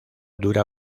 dura